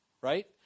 right